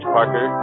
Parker